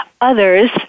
Others